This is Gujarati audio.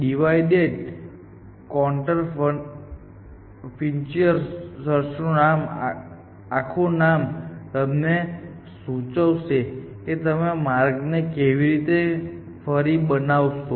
divide and conquer frontier search આખું નામ તમને સૂચવશે કે તમે માર્ગને કેવી રીતે ફરીથી બનાવશો